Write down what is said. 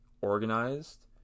organized